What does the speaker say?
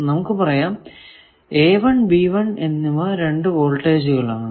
നമുക്ക് പറയാം എന്നിവ രണ്ടു വോൾട്ടേജുകൾ ആണ്